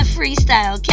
Freestyle